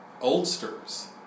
oldsters